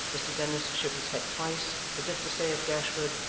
mr dennis shook his head thrice, as if to say of gashford,